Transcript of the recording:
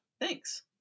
Thanks